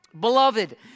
beloved